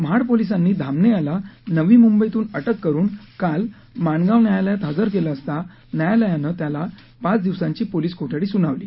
महाड पोलिसांनी धामणे याला नवी मुंबईतून अटक करून काल माणगाव न्यायालयात हजर केलं असता न्यायालयानं त्याला पाच दिवसांची पोलीस कोठडी सुनावली